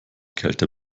kälte